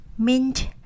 mint